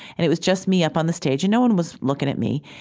and it was just me up on the stage and no one was looking at me.